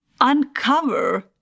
uncover